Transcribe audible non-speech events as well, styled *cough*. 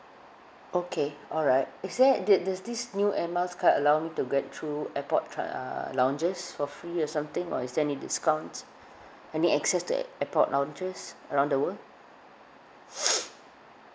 okay alright is there did this this new air miles card allow me to get through airport uh lounges for free or something or is there any discount any access to ai~ airport lounges around the world *noise*